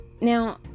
now